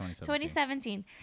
2017